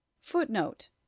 Footnote